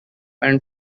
and